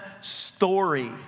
story